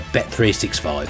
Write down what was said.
Bet365